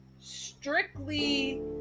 strictly